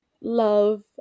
love